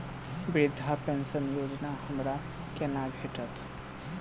वृद्धा पेंशन योजना हमरा केना भेटत?